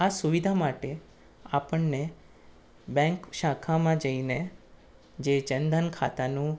આ સુવિધા માટે આપણને બેંક શાખામાં જઈને જે જન ધન ખાતાનું